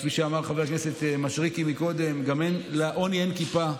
כפי שאמר חבר הכנסת מישרקי קודם, לעוני אין כיפה,